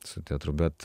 su teatru bet